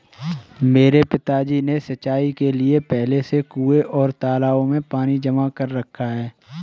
मेरे पिताजी ने सिंचाई के लिए पहले से कुंए और तालाबों में पानी जमा कर रखा है